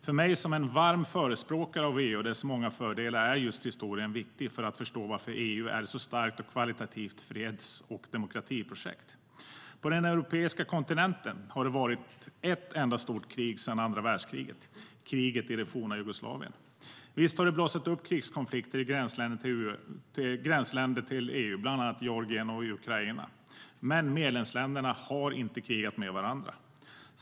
För mig som en varm förespråkare av EU och dess många fördelar är just historien viktig för att förstå varför EU är ett så starkt och högkvalitativt freds och demokratiprojekt. På den europeiska kontinenten har det varit ett enda stort krig sedan andra världskriget - kriget i det forna Jugoslavien. Visst har det blossat upp krigskonflikter i gränsländer till EU, bland annat i Georgien och Ukraina, men medlemsländerna har inte krigat med varandra.